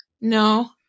no